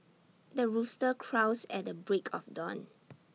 the rooster crows at the break of dawn